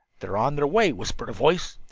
they're on their way, whispered a voice,